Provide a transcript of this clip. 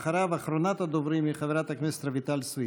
אחריו, אחרונת הדוברים, חברת הכנסת רויטל סויד.